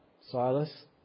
Silas